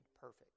perfect